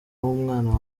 w’umwana